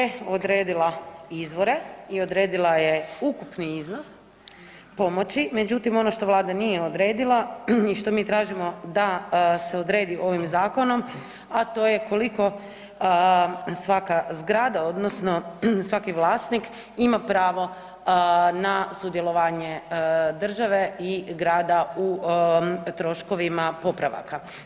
Ovako, Vlada je odredila izvore i odredila je ukupni iznos pomoć, međutim, ono što Vlada nije odredila i što mi tražimo da se odredi ovim zakonom, a to je koliko svaka zgrada, odnosno svaki vlasnik ima pravo na sudjelovanje države i grada u troškovima popravaka.